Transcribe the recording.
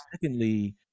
secondly